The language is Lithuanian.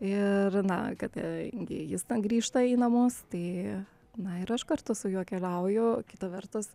ir na kadangi jis grįžta į namus tai na ir aš kartu su juo keliauju kita vertus